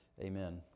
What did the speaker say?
Amen